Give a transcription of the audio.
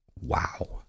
Wow